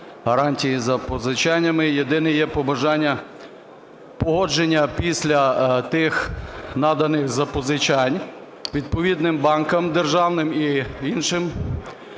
гарантії за позичаннями. Єдине є побажання. Погодження після тих наданих запозичань відповідним банкам державним і іншим